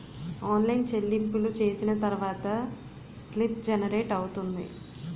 online చెల్లింపులు చేసిన తర్వాత స్లిప్ జనరేట్ అవుతుంది